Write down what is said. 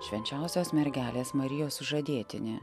švenčiausios mergelės marijos sužadėtinį